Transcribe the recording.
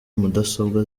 mudasobwa